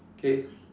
okay